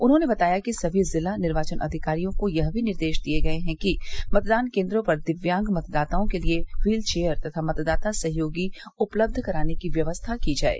उन्होंने बताया कि सभी जिला निर्वाचन अधिकारियों को यह भी निर्देश दिये गये हैं कि मतदान केन्द्रों पर दिव्यांग मतदाताओं के लिए व्हील चेयर तथा मतदाता सहयोगी उपलब्ध कराने की व्यवस्था की जाये